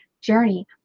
journey